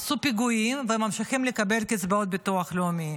עשו פיגועים וממשיכים לקבל קצבאות מביטוח לאומי.